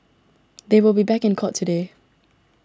they will be back in court today